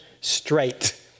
straight